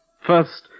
First